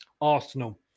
arsenal